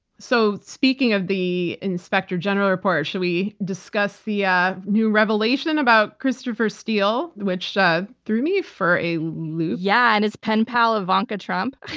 so speaking of the inspector general report, should we discuss the yeah new revelation about christopher steele, steele, which threw me for a loop? yeah, and his pen pal, ivanka trump.